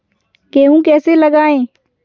गेहूँ कैसे लगाएँ?